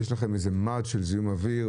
יש לכם מד של זיהום אוויר?